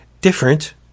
different